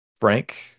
Frank